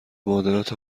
معادلات